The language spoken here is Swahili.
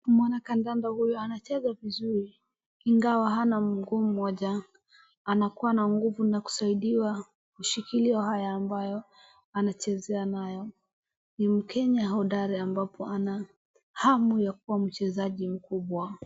Mwanakandana huyu anacheza vizuri ingawa hana mguu mmoja anakuwa na nguvu na kusaidiwa kwa kushikilia haya ambayo anachezea nayo ni mkenya mhodari ambaye ana hamu ya kuwa mchezaji mkubwa.